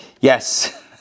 Yes